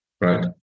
right